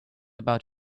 about